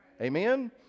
Amen